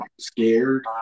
scared